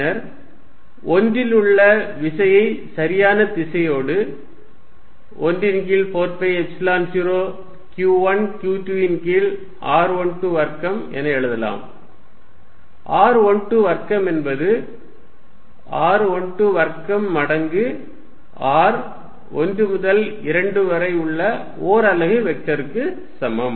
பின்னர் 1 இல் உள்ள விசையை சரியான திசையோடு 1 ன் கீழ் 4 பை எப்சிலன் 0 q1 q2 ன் கீழ் r12 வர்க்கம் என எழுதலாம் r12 வர்க்கம் என்பது r12 வர்க்கம் மடங்கு r 1 முதல் 2 வரை உள்ள ஓர் அலகு வெக்டருக்கு சமம்